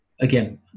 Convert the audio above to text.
again